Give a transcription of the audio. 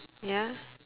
ya